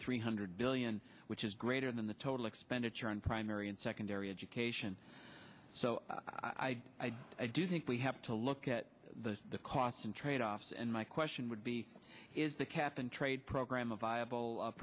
three hundred billion which is greater than the total expenditure on primary and secondary education so i do think we have to look at the costs and tradeoffs and my question would be is the cap and trade program a viable